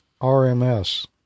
RMS